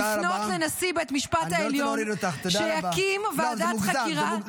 -- "לפנות לנשיא בית משפט העליון שיקים ועדת חקירה" --- תודה רבה.